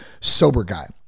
SOBERGUY